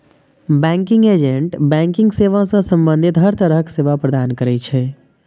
banking agent banking सेवा सं संबंधित हर तरहक सेवा प्रदान करै छै